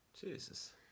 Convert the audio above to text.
Jesus